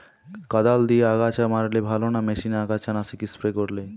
কদাল দিয়ে আগাছা মারলে ভালো না মেশিনে আগাছা নাশক স্প্রে করে?